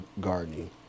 gardening